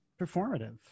performative